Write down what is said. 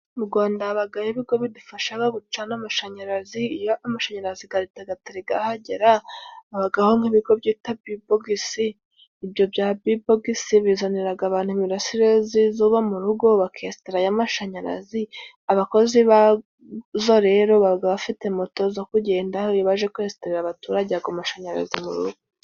Mu Rwanda habagaho ibigo bidufashaga gucana amashanyarazi. Iyo amashanyarazi gatari gahagera habagaho nk'ibigo bita bibogisi. Ibyo bya bibogisi bizaniraga abantu imirasire z'izuba mu rugo, bakesitara y'amashanyarazi. Abakozi bazo rero baba bafite moto zo kugendaho, baje kwesitarira abaturage amashanyarazi mu rugo.